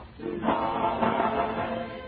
tonight